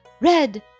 Red